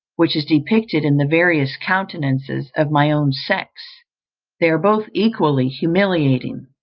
which is depicted in the various countenances of my own sex they are both equally humiliating.